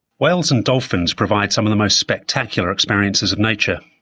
whales and dolphins provide some of the most spectacular experiences of nature.